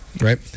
right